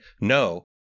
no